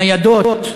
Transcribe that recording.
ניידות.